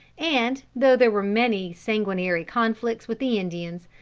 and, though there were many sanguinary conflicts with the indians,